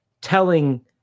telling